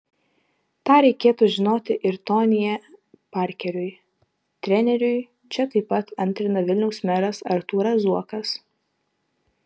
tą reikėtų žinoti ir tonyje parkeriui treneriui čia pat antrina vilniaus meras artūras zuokas